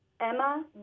Emma